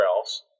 else